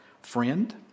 Friend